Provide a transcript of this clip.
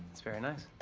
that's very nice.